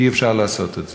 אי-אפשר לעשות את זה.